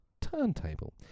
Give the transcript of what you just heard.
turntable